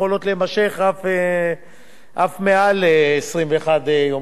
שיכולות להימשך אף מעל 21 יום.